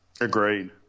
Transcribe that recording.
Agreed